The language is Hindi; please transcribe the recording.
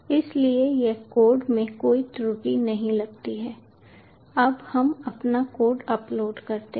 इसलिए यह कोड में कोई त्रुटि नहीं लगती है अब हम अपना कोड अपलोड करते हैं